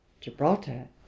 Gibraltar